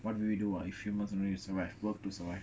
what do we do ah if humans don't need to survive work to survive